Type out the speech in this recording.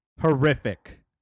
horrific